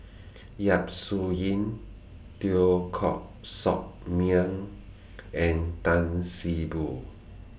Yap Su Yin Teo Koh Sock Miang and Tan See Boo